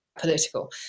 political